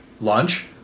lunch